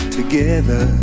Together